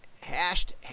hashed